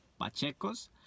Pacheco's